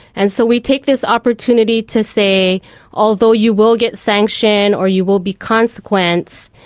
and so we take this opportunity to say although you will get sanctioned or you will be consequenced,